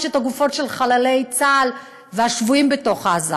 את הגופות של חללי צה"ל והשבויים בתוך עזה.